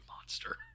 monster